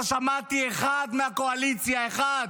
לא שמעתי אחד מהקואליציה, אחד,